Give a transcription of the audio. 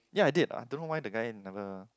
ya I did I don't know what the guy he never